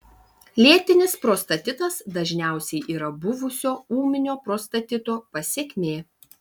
lėtinis prostatitas dažniausiai yra buvusio ūminio prostatito pasekmė